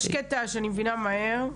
יש קטע שאני מבינה מהר,